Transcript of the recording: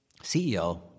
CEO